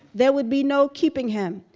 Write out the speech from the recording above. there would be no keeping him.